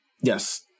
Yes